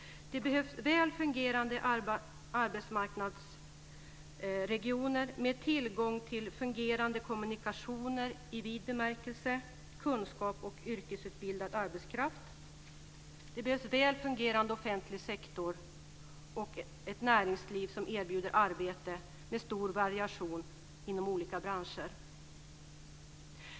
Det behövs väl fungerande arbetsmarknadsregioner med tillgång till fungerande kommunikationer - i vid bemärkelse - kunskap och yrkesutbildad arbetskraft. Det behövs väl fungerande offentlig sektor och ett näringsliv som erbjuder arbete med stor variation inom olika branscher.